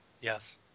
Yes